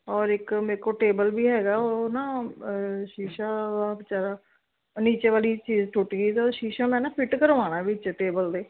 ਔਰ ਇੱਕ ਮੇਰੇ ਕੋਲ ਟੇਬਲ ਵੀ ਹੈਗਾ ਉਹ ਨਾ ਸ਼ੀਸ਼ਾ ਵਿਚਾਰਾ ਨੀਚੇ ਵਾਲੀ ਚੀਜ਼ ਟੁੱਟ ਗਈ ਅਤੇ ਉਹ ਸ਼ੀਸ਼ਾ ਮੈਂ ਨਾ ਫਿੱਟ ਕਰਵਾਉਣਾ ਵਿੱਚ ਟੇਬਲ ਦੇ